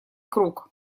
круг